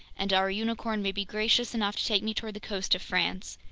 and our unicorn may be gracious enough to take me toward the coast of france!